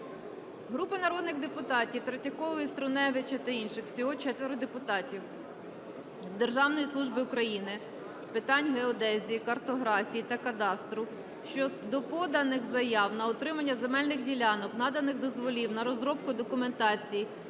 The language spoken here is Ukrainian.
Групи народних депутатів (Третьякової, Струневича та інших. Всього 4 депутатів) до Державної служби України з питань геодезії, картографії та кадастру щодо поданих заяв на отримання земельних ділянок, наданих дозволів на розробку документації